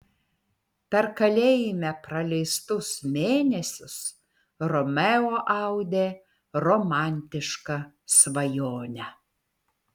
per kalėjime praleistus mėnesius romeo audė romantišką svajonę